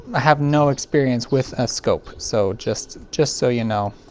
have no experience with a scope. so, just. just so ya know.